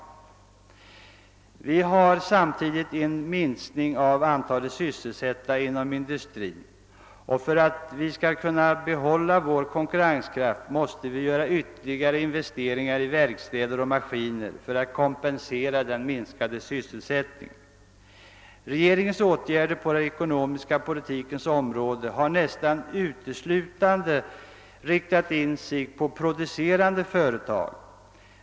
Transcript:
Vi har samtidigt fått en minskning av antalet sysselsatta inom industrin. För att vi skall kunna behålla vår konkurrenskraft måste vi göra ytterligare investeringar i verkstäder och maskiner för att kompensera den minskade sysselsättningen. Regeringens åtgärder på den ekonomiska politikens område har nästan uteslutande riktat in sig på producerande företag.